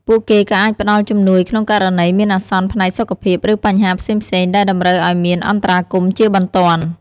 ពួកគេក៏អាចផ្តល់ជំនួយក្នុងករណីមានអាសន្នផ្នែកសុខភាព ឬបញ្ហាផ្សេងៗដែលតម្រូវឲ្យមានអន្តរាគមន៍ជាបន្ទាន់។